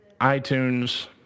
iTunes